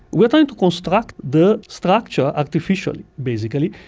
we are trying to construct the structure artificially, basically.